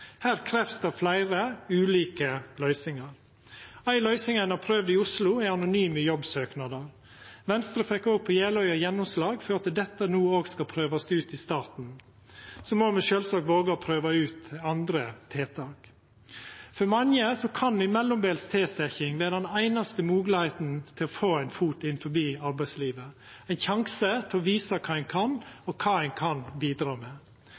Her krevst det fleire ulike løysingar. Ei løysing ein har prøvd i Oslo, er anonyme jobbsøknader. Venstre fekk på Jeløya gjennomslag for at dette no òg skal prøvast ut i staten – og me må sjølvsagt våga å prøva ut andre tiltak. For mange kan ei mellombels tilsetjing vera den einaste moglegheita til å få ein fot innanfor arbeidslivet, ein sjanse til å visa kva ein kan og kva ein kan bidra med.